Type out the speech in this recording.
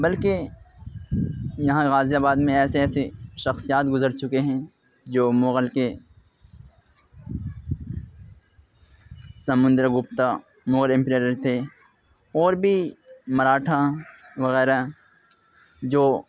بلکہ یہاں غازی آباد میں ایسے ایسے شخصیات گزر چکے ہیں جو مغل کے سمندر گپتا مور امپرر تھے اور بھی مراٹھا وغیرہ جو